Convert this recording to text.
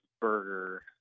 burger